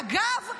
אגב,